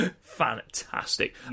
Fantastic